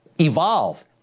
evolve